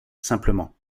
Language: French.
simplement